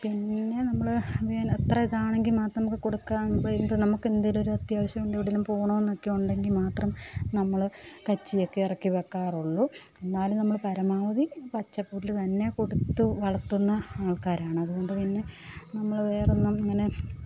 പിന്നെ നമ്മൾ മേല് അത്ര ഇതാണെങ്കിൽ മാത്രം നമ്മൾക്ക് കൊടുക്കാം ഇപ്പം എന്ത് നമ്മൾക്ക് എന്തെങ്കിലും ഒരു അത്യാവശ്യം ഉണ്ട് എവിടെ എങ്കിലും പോകണമെന്നൊക്കെ ഉണ്ടെങ്കില് മാത്രം നമ്മൾ കച്ചിയൊക്കെ ഇറക്കി വയ്ക്കാറുള്ളു എന്നാലും നമ്മൾ പരമാവധി പച്ചപ്പുല്ല് തന്നെ കൊടുത്ത് വളര്ത്തുന്ന ആള്ക്കാരാണ് അതുകൊണ്ട് പിന്നെ നമ്മൾ വേറെ ഒന്നും അങ്ങനെ